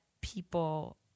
people